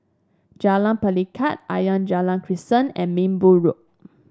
Jalan Pelikat Ayer Rajah Crescent and Minbu Road